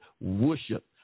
worship